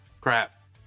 crap